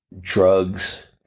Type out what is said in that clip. drugs